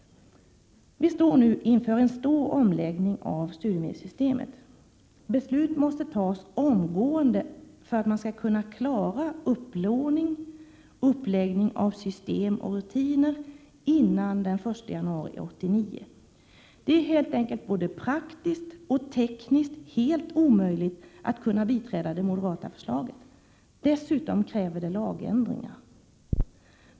Vi står nu inför en stor omläggning av studiemedelssystemet. Beslut måste fattas omgående för att man skall kunna klara upplåning och uppläggning av system och rutiner före den 1 januari 1989. Det är helt enkelt både praktiskt och tekniskt helt omöjligt att biträda det moderata förslaget. Dessutom kräver det lagändringar.